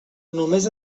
només